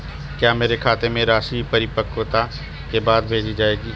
क्या मेरे खाते में राशि परिपक्वता के बाद भेजी जाएगी?